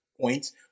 points